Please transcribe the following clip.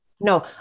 No